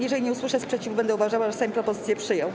Jeżeli nie usłyszę sprzeciwu, będę uważała, że Sejm propozycję przyjął.